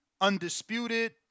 undisputed